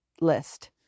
list